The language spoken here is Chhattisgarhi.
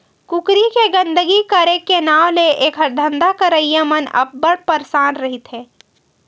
कुकरी के गंदगी करे के नांव ले एखर धंधा करइया मन अब्बड़ परसान रहिथे